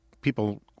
people